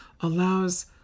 allows